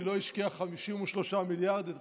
היא לא השקיעה 53 מיליארד,